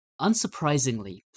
Unsurprisingly